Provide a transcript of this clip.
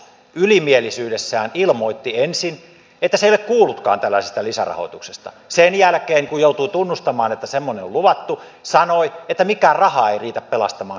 ylimielisyydessään ilmoitti ensin että se ei ole kuullutkaan tällaisesta lisärahoituksesta sen jälkeen kun joutui tunnustamaan että semmoinen on luvattu sanoi että mikään raha ei riitä pelastamaan savonlinnaa